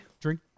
drink